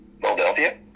Philadelphia